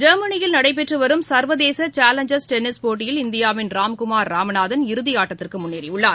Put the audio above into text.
ஜெர்மனியில் நடைபெற்றுவரும் சா்வதேச்சேலஞ்சா் டென்னிஸ் போட்டியில் இந்தியாவின் ராம்குமார் ராமநாதன் இறுதிஆட்டத்திற்குமுன்னேறியுள்ளார்